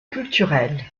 culturelle